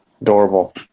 Adorable